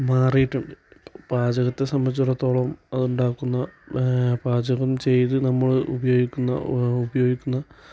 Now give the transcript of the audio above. മാറിയിട്ടുണ്ട് പാചകത്തെ സംബന്ധിച്ചിടത്തോളം അത് ഉണ്ടാക്കുന്ന പാചകം ചെയ്ത് നമ്മള് ഉപയോഗിക്കുന്ന ഉപയോഗിക്കുന്ന